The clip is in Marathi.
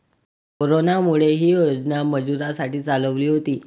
कोरोनामुळे, ही योजना मजुरांसाठी चालवली होती